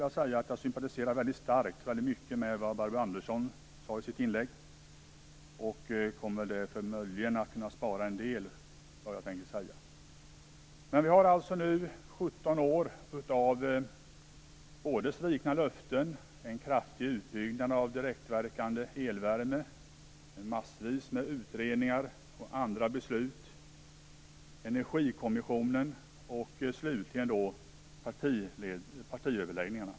Jag sympatiserar starkt med det Barbro Andersson sade i sitt inlägg. Det kan möjligen leda till att jag sparar en del av det jag tänkte säga. Vi har nu haft 17 år av svikna löften, en kraftig utbyggnad av direktverkande elvärme, mängder av utredningar och andra beslut, Energikommissionen och slutligen partiöverläggningarna.